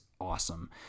awesome